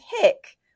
pick-